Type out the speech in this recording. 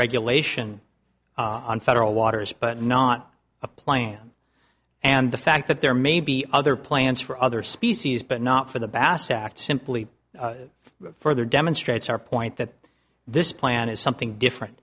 regulation on federal waters but not a plan and the fact that there may be other plans for other species but not for the bass act simply further demonstrates our point that this plan is something